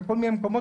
בכל מיני מקומות,